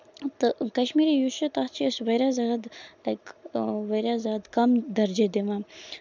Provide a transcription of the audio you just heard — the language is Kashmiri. تہٕ کَشمیٖری یُس چھُ تَتھ چھِ أسۍ واریاہ زیادٕ لایک واریاہ زیادٕ کَم درجہِ دِوان